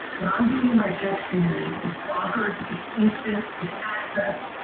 what i'm doing in my text community is bonkers. it's instant, it's access,